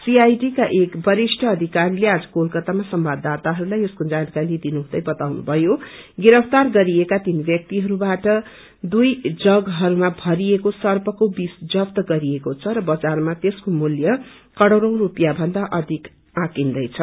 CID का एक वरिष्ट अधिकारीले आज कोलकात्तामा संवाददाताहरूलाई यसको जानकारी दिनु हुँदै बताउनु भयो गिरफ्तार गरिएका तीन ब्यक्तिहरूबाट दुई जगहरूमा भरिएको सर्पको बिष जफ्त गरिएको छ र बजारमा यसको मूल्य करोडौ रूपियाँ भन्दा अधिक आँकीन्दैछ